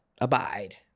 abide